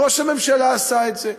ראש הממשלה עשה את זה.